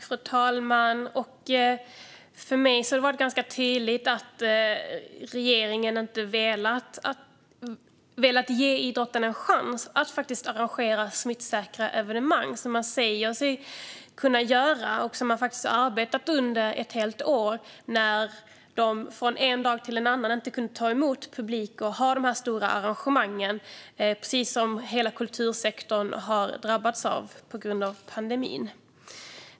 Fru talman! För mig har det varit ganska tydligt att regeringen inte velat ge idrotten en chans att faktiskt arrangera smittsäkra evenemang, som man säger sig kunna göra och har arbetat med under ett helt år, när man från en dag till en annan inte kunde ta emot publik och ha de stora arrangemangen. Hela kultursektorn har drabbats på samma sätt på grund av pandemin.